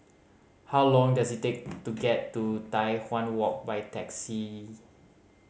how long does it take to get to Tai Hwan Walk by taxi